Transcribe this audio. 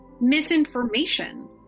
misinformation